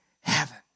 heaven